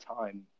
time